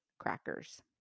crackers